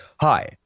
Hi